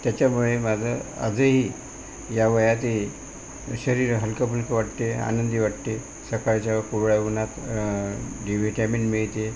त्याच्यामुळे माझं आजही या वयातही शरीर हलकफुलकं वाटते आनंदी वाटते सकाळच्या कोवळ्या उन्हात डी व्हिटॅमिन मिळते